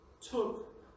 took